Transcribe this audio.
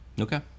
Okay